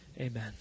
Amen